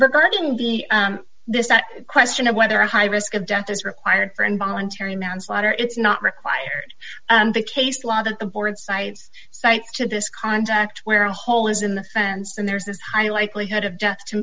during the this that question of whether a high risk of death is required for involuntary manslaughter it's not required and the case law that the board cites cite to this contact where a hole is in the fence and there's this high likelihood